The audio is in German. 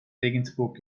regensburg